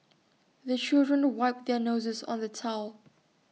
the children wipe their noses on the towel